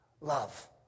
Love